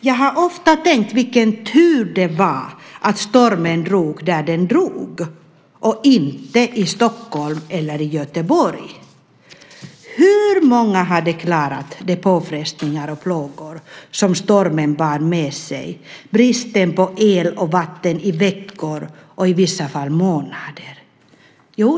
Jag har ofta tänkt: Vilken tur det var att stormen drog fram där den gjorde och inte i Stockholm eller i Göteborg. Hur många hade klarat de påfrestningar och plågor som stormen bar med sig, till exempel bristen på el och vatten i veckor och i vissa fall månader?